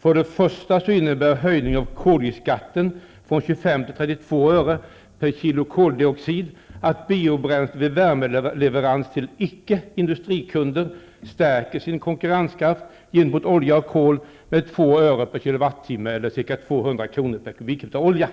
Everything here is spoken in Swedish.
Först och främst innebär höjningen av koldioxidskatten från 25 till 32 öre per kilo koldioxid att biobränslen vid värmeleverans till icke industrikunder stärker sin konkurrenskraft gentemot olja och kol med ca 2 öre per kilowattimme, dvs. 200 kr. per kubikmeter olja.